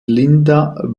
linda